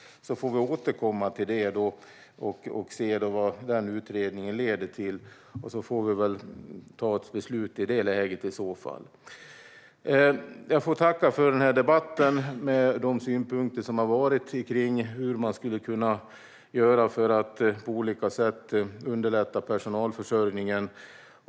Sedan får vi återkomma när vi ser vad denna utredning leder till och får i så fall ta ett beslut i det läget. Jag vill tacka för denna debatt med de synpunkter som har framförts om hur man på olika sätt skulle kunna underlätta personalförsörjningen.